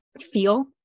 feel